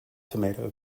tomato